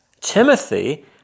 Timothy